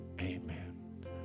Amen